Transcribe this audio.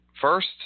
first